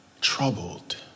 Troubled